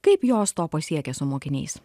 kaip jos to pasiekia su mokiniais